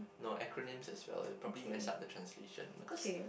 no acronyms as well it'll probably mess up the translation because